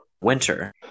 winter